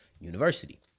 University